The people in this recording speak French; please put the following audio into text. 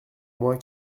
moi